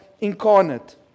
incarnate